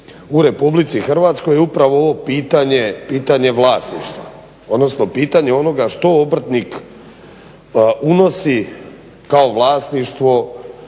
u RH. Upravo ovo pitanje vlasništva odnosno pitanje onoga što obrtnik unosi kao vlasništvo